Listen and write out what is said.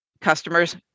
customers